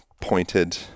pointed